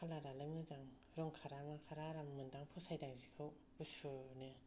कालार आलाय मोजां रं खारा मा खारा आराम मोनदों फसायदों जिखौ गुसुनो